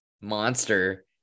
monster